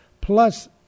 plus